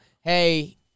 Hey